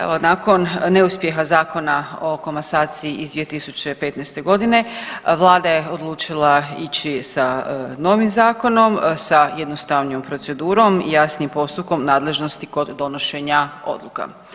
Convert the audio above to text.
Evo nakon neuspjeha Zakona o komasaciji iz 2015.g. vlada je odlučila ići sa novim zakonom, sa jednostavnijom procedurom i jasnijim postupkom nadležnosti kod donošenja odluka.